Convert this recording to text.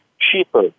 cheaper